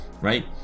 right